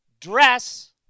dress